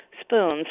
spoons